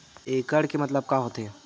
एकड़ के मतलब का होथे?